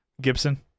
Gibson